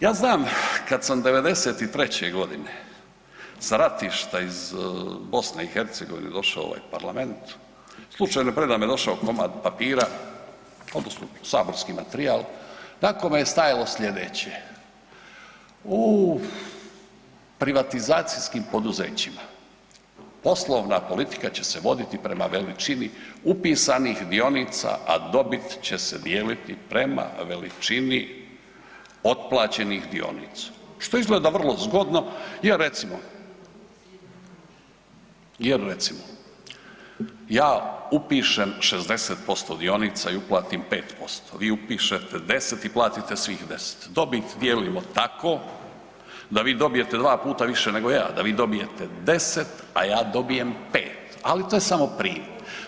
Ja znam kad sam '93.g. s ratišta iz BiH došao u ovaj parlament, slučajno je predame došao komad papira odnosno saborski materijal na kome je stajalo slijedeće „u privatizacijskim poduzećima poslovna politika će se voditi prema veličini upisanih dionica, a dobit će se dijeliti prema veličini otplaćenih dionica“, što izgleda vrlo zgodno jer recimo, jer recimo ja upišem 60% dionica i uplatim 5%, vi upišete 10 i platite svih 10, dobit dijelimo tako da vi dobijete dva puta više nego ja, da vi dobijete 10, a ja dobijem 5. Ali to je samo primjer.